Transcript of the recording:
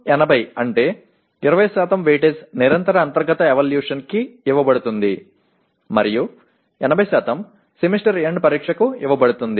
2080 అంటే 20 వెయిటేజ్ నిరంతర అంతర్గత ఎవాల్యుయేషన్ కి ఇవ్వబడుతుంది మరియు 80 సెమిస్టర్ ఎండ్ పరీక్షకు ఇవ్వబడుతుంది